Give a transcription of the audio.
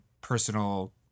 personal